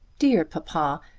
dear papa!